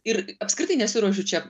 ir apskritai nesiruošiu čia